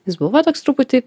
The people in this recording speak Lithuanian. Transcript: jis buvo toks truputį